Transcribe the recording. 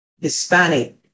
Hispanic